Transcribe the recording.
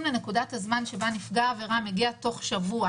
לנקודת הזמן שבה נפגע העבירה מגיע תוך שבוע